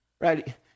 right